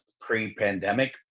pre-pandemic